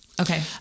Okay